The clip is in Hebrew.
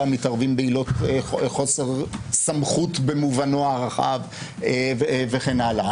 מתערבים בעילות חוסר סמכות במובנו הרחב וכן הלאה.